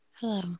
Hello